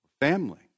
family